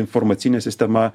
informacinė sistema